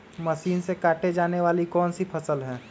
Machine से काटे जाने वाली कौन सी फसल है?